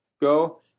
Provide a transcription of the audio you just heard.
go